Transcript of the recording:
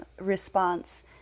response